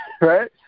right